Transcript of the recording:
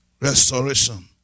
Restoration